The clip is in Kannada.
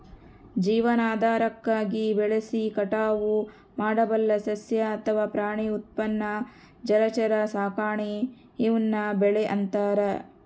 ಜೀವನಾಧಾರಕ್ಕಾಗಿ ಬೆಳೆಸಿ ಕಟಾವು ಮಾಡಬಲ್ಲ ಸಸ್ಯ ಅಥವಾ ಪ್ರಾಣಿ ಉತ್ಪನ್ನ ಜಲಚರ ಸಾಕಾಣೆ ಈವ್ನ ಬೆಳೆ ಅಂತಾರ